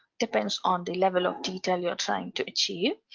depending on the level of detail you are trying to achieve.